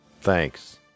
thanks